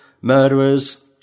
Murderers